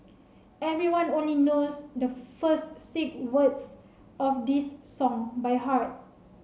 everyone only knows the first six words of this song by heart